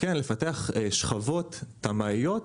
לפתח שכבות תמ"איות,